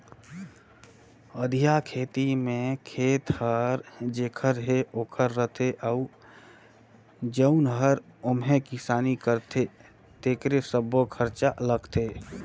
अधिया खेती में खेत हर जेखर हे ओखरे रथे अउ जउन हर ओम्हे किसानी करथे तेकरे सब्बो खरचा लगथे